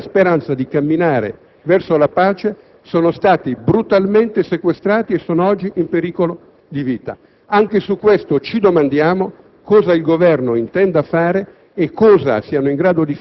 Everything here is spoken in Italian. e permettere l'avviarsi di un processo di dialogo nella speranza di camminare verso la pace, sono stati brutalmente sequestrati e sono oggi in pericolo di vita. Anche in merito a ciò ci domandiamo